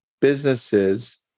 businesses